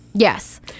Yes